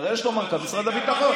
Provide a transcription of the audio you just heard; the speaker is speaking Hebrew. הרי יש לו מנכ"ל במשרד הביטחון.